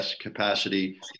capacity